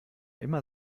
immer